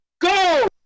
go